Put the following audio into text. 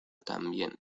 también